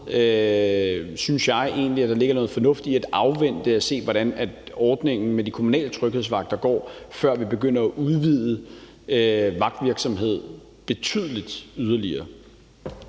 synes jeg egentlig, at der ligger noget fornuftigt i at afvente og se, hvordan ordningen med de kommunale tryghedsvagter går, før vi yderligere begynder at udvide vagtvirksomhed betydeligt. Kl.